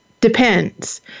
depends